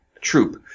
troop